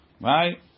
Right